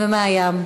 מהים.